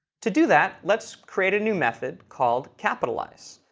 to do that, let's create a new method called capitalize.